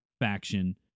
faction